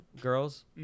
girls